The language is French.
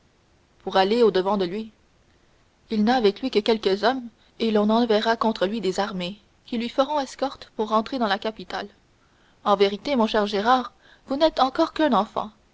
pour aller au-devant de lui il n'a avec lui que quelques hommes et l'on enverra contre lui des armées qui lui feront escorte pour rentrer dans la capitale en vérité mon cher gérard vous n'êtes encore qu'un enfant